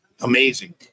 amazing